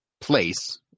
Place